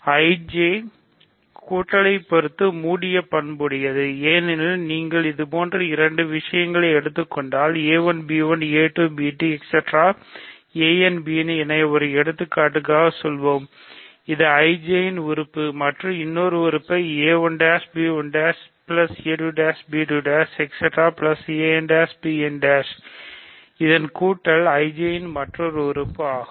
IJ கூட்டல்லை பொருத்து மூடிய பண்புடையது ஏனெனில் நீங்கள் இதுபோன்ற இரண்டு விஷயங்களை எடுத்துக் கொண்டால் என ஒரு எடுத்துக்காட்டாக சொல்லுவோம் இது IJ ன் உறுப்பு மற்றும் இன்னொரு உறுப்பை எடுத்துக்கொள்வோம் இதன் கூட்டல் IJ இன் மற்றொரு உறுப்பு ஆகும்